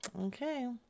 Okay